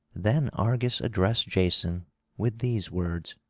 then argus addressed jason with these words